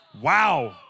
Wow